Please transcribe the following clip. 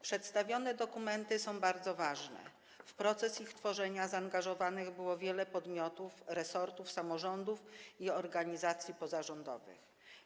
Przedstawione dokumenty są bardzo ważne, w proces ich tworzenia zaangażowanych było wiele podmiotów: resortów, samorządów i organizacji pozarządowych.